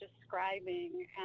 describing